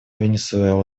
венесуэлы